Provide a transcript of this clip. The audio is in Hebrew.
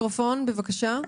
בבקשה.